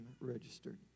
registered